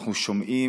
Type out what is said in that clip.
אנחנו שומעים,